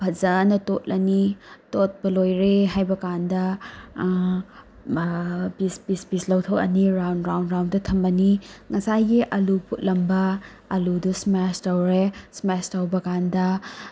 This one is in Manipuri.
ꯐꯖꯅ ꯇꯣꯠꯂꯅꯤ ꯇꯣꯠꯞ ꯂꯣꯏꯔꯦ ꯍꯥꯏꯕꯀꯟꯗ ꯄꯤꯁ ꯄꯤꯁ ꯄꯤꯁ ꯂꯧꯊꯣꯛꯑꯅꯤ ꯔꯥꯎꯟꯗ ꯔꯥꯎꯟꯗ ꯔꯥꯎꯟꯗꯗ ꯊꯝꯃꯅꯤ ꯉꯁꯥꯏꯒꯤ ꯑꯂꯨ ꯐꯨꯠꯂꯝꯕ ꯑꯂꯨꯗꯣ ꯁꯃꯦꯁ ꯇꯧꯔꯦ ꯁꯃꯦꯁ ꯇꯧꯕ ꯀꯥꯟꯗ